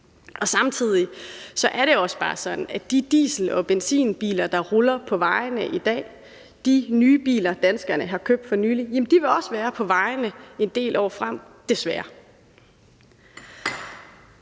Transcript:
Samtidig er det også bare sådan, at de diesel- og benzinbiler, der ruller på vejene i dag – de nye biler, danskerne har købt for nylig – også vil være på vejene en del år frem, desværre.